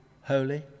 holy